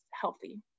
healthy